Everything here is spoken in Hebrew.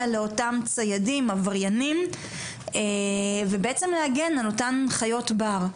לאותם ציידים עבריינים ובעצם להגן על אותן חיות בר.